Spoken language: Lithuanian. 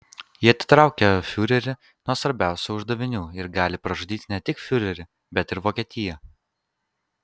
ji atitraukė fiurerį nuo svarbiausių uždavinių ir gali pražudyti ne tik fiurerį bet ir vokietiją